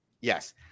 Yes